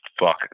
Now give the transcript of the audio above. fuck